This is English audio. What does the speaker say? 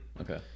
okay